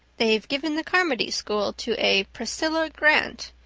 they've given the carmody school to a priscilla grant.